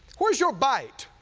where is your bite?